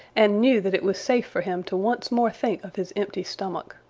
and knew that it was safe for him to once more think of his empty stomach.